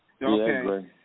Okay